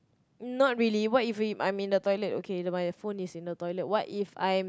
not really what if we I'm in the toilet okay my phone is in the toilet what if I'm